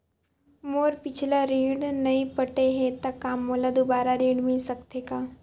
मोर पिछला ऋण नइ पटे हे त का मोला दुबारा ऋण मिल सकथे का?